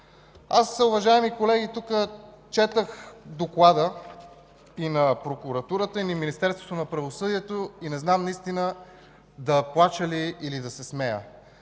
Уважаеми колеги, аз четох доклада на прокуратурата на Министерството на правосъдието и наистина не зная – да плача ли или да се смея.